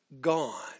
gone